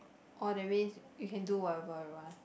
oh that means you can do whatever you want